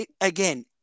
again